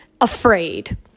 afraid